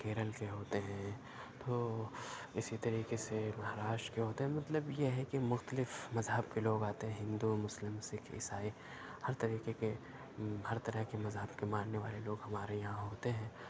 کیرل کے ہوتے ہیں تو اسی طریقے سے مہاراشٹر کے ہوتے ہیں مطلب یہ ہے کہ مختلف مذہب کے لوگ آتے ہیں ہندو مسلم سکھ عیسائی ہر طریقے کے ہر طرح کے مذہب کے ماننے والے لوگ ہمارے یہاں ہوتے ہیں